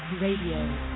Radio